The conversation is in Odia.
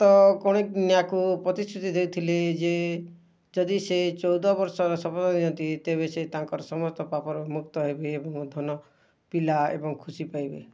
ଅନନ୍ତ କୌଣିନ୍ୟାକୁ ପ୍ରତିଶୃତି ଦେଇଥିଲେ ଯେ ଯଦି ସେ ଚଉଦ ବର୍ଷର ଶପଥ ନିଅନ୍ତି ତେବେ ସେ ତାଙ୍କର ସମସ୍ତ ପାପରୁ ମୁକ୍ତ ହେବେ ଏବଂ ଧନ ପିଲା ଏବଂ ଖୁସି ପାଇବେ